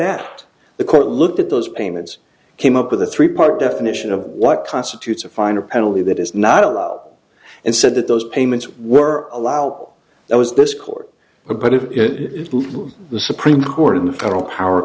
at the court looked at those payments came up with a three part definition of what constitutes a fine or penalty that is not a law and said that those payments were allow that was this court but if the supreme court of the federal power